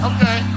Okay